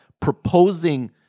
proposing